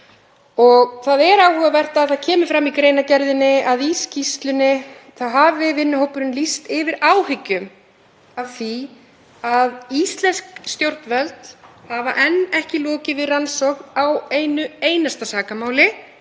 Það er áhugavert að fram kemur í greinargerðinni að í skýrslunni hafi vinnuhópurinn lýst yfir áhyggjum af því að íslensk stjórnvöld hafi enn ekki lokið rannsókn á einu einasta sakamáli